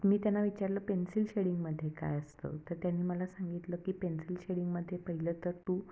मी त्यांना विचारलं पेन्सिल शेडिंगमध्ये काय असतं तर त्यांनी मला सांगितलं की पेन्सिल शेडिंगमध्ये पहिलं तर तू